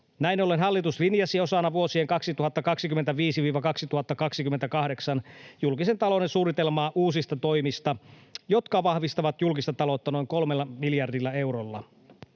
Näin ollen hallitus linjasi osana vuosien 2025—2028 julkisen talouden suunnitelmaa uusista toimista, jotka vahvistavat julkista taloutta noin kolmella miljardilla eurolla.